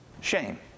Shame